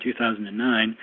2009